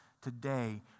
today